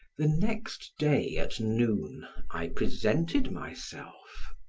the next day at noon i presented myself.